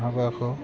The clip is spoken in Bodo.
हाबाखौ